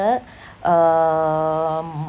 um